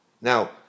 Now